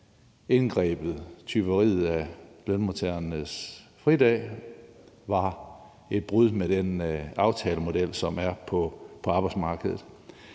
indgrebet, tyveriet af lønmodtagernes fridag, var et brud med den aftalemodel, som er på arbejdsmarkedet.